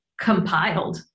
compiled